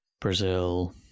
Brazil